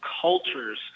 cultures